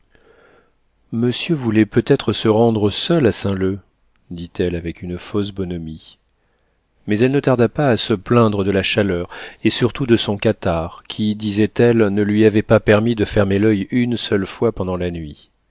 monsieur voulait peut-être se rendre seul à saint-leu dit-elle avec une fausse bonhomie mais elle ne tarda pas à se plaindre de la chaleur et surtout de son catarrhe qui disait-elle ne lui avait pas permis de fermer l'oeil une seule fois pendant la nuit